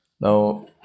Now